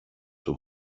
του